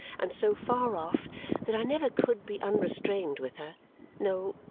and so far off that i never could be unrestrained with her no,